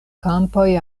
kampoj